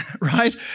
right